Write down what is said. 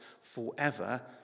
forever